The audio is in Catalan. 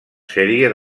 sèrie